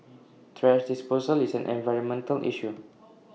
thrash disposal is an environmental issue